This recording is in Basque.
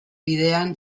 bidean